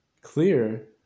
clear